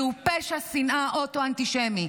זהו פשע שנאה אוטו-אנטישמי.